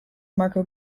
marco